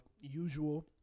usual